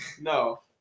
No